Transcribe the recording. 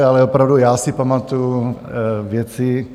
Ale opravdu já si pamatuju věci...